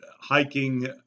hiking